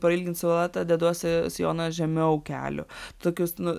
prailgint siluetą deduosi sijoną žemiau kelių tokius nu